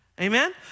amen